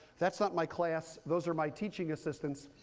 that's not my class. those are my teaching assistants.